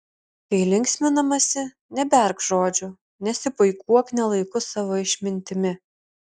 kai linksminamasi neberk žodžių nesipuikuok ne laiku savo išmintimi